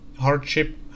hardship